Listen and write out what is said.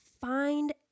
find